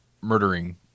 murdering